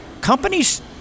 Companies